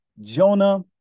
Jonah